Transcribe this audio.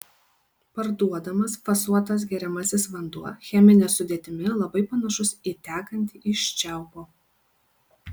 parduodamas fasuotas geriamasis vanduo chemine sudėtimi labai panašus į tekantį iš čiaupo